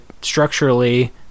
structurally